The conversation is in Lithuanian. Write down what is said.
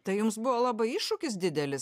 tai jums buvo labai iššūkis didelis